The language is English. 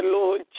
Lord